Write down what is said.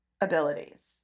abilities